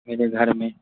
मेरे घर में